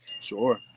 Sure